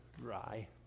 dry